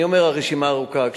אני אומר שהרשימה ארוכה.